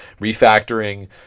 refactoring